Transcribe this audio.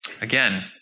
Again